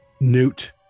newt